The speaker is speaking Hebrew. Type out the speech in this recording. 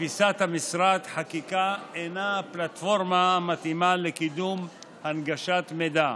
לתפיסת המשרד חקיקה אינה הפלטפורמה המתאימה לקידום הנגשת מידע.